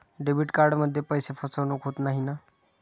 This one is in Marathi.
डेबिट कार्डमध्ये पैसे फसवणूक होत नाही ना?